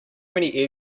many